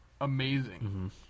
amazing